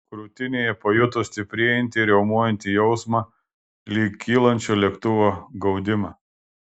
krūtinėje pajuto stiprėjantį riaumojantį jausmą lyg kylančio lėktuvo gaudimą